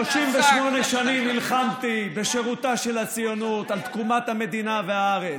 38 שנים נלחמתי בשירותה של הציונות על תקומת המדינה והארץ.